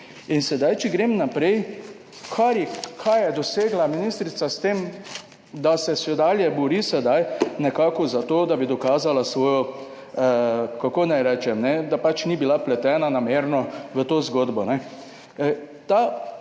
In zdaj, če grem naprej, kaj je dosegla ministrica s tem, da se še naprej bori za to, da bi dokazala svojo, kako naj rečem, da pač ni bila vpletena namerno v to zgodbo.